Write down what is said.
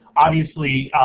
obviously,